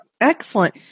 Excellent